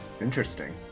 Interesting